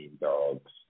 dogs